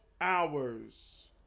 hours